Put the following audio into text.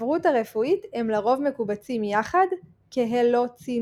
בספרות הרפואית הם לרוב מקובצים יחד כהלוצינוגנים.